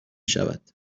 شود